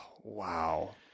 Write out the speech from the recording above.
Wow